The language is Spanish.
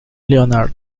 leonard